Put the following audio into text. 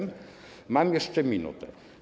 Mam jeszcze minutę.